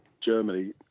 Germany